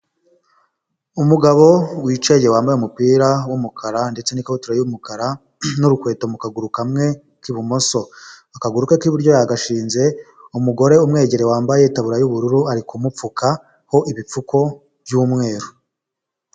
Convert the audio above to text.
Umugabo wicaye wambaye umupira wumukara ndetse n'ikabutura y'umukara n'urukweto mu kaguru kamwe k'ibumoso akaguru ke k'iburyo yagashinze umugore umwegereye wambaye tabulo yubururu ari kumupfuka ho ibipfuko by'umweru.